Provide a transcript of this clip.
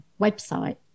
website